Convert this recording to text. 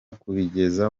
kubigeza